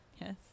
yes